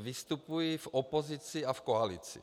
vystupují v opozici a v koalici.